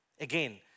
Again